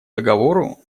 договору